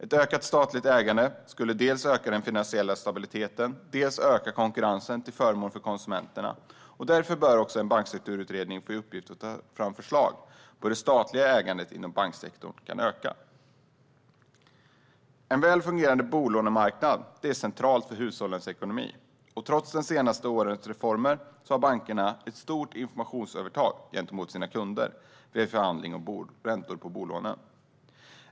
Ett ökat statligt ägande skulle dels öka den finansiella stabiliteten, dels öka konkurrensen till förmån för konsumenterna. Därför bör en bankstrukturutredning också få i uppgift att ta fram förslag på hur det statliga ägandet inom banksektorn kan öka. En väl fungerande bolånemarknad är central för hushållens ekonomi. Trots de senaste årens reformer har bankerna ett stort informationsövertag gentemot sin kunder vid en förhandling om räntor på bolånen.